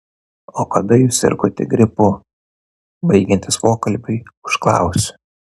o kada jūs sirgote gripu baigiantis pokalbiui užklausiu